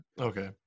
okay